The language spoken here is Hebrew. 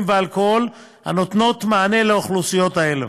ואלכוהול הנותנות מענה לאוכלוסיות אלו,